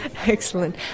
Excellent